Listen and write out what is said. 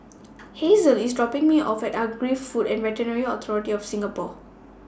Hazle IS dropping Me off At Agri Food and Veterinary Authority of Singapore